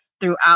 throughout